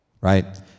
right